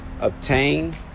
obtain